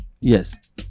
Yes